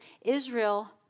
Israel